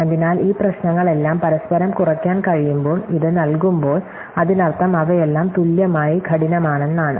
അതിനാൽ ഈ പ്രശ്നങ്ങളെല്ലാം പരസ്പരം കുറയ്ക്കാൻ കഴിയുമ്പോൾ ഇത് നൽകുമ്പോൾ അതിനർത്ഥം അവയെല്ലാം തുല്യമായി കഠിനമാണെന്നാണ്